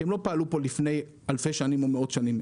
כי הן לא פעלו פה לפני אלפי שנים או מאות שנים,